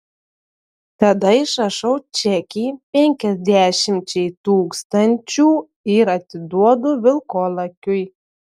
tada išrašau čekį penkiasdešimčiai tūkstančių ir atiduodu vilkolakiui